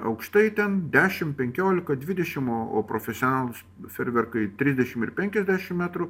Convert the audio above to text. aukštai ten dešim penkiolika dvidešim o o profesionalūs ferverkai trisdešim ir penkiasdešim metrų